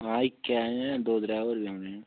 हां इक्कै अजें दो त्रै होर बी औने